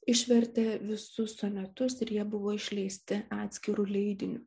išvertė visus sonetus ir jie buvo išleisti atskiru leidiniu